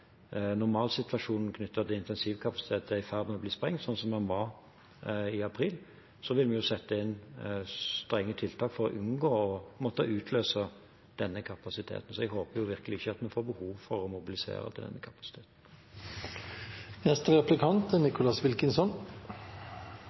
normalsituasjonen knyttet til intensivkapasitet er i ferd med å bli sprengt, sånn som den var i april, vil vi sette inn strenge tiltak for å unngå å måtte utløse denne kapasiteten. Jeg håper virkelig ikke at vi får behov for å mobilisere denne